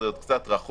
זה עוד קצת רחוק,